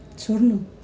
छोड्नु